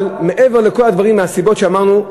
אבל מעבר לכל הדברים והסיבות שאמרנו,